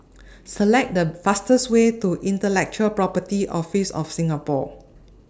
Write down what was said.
Select The fastest Way to Intellectual Property Office of Singapore